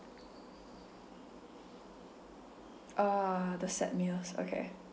ah the set meals okay